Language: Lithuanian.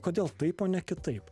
kodėl taip o ne kitaip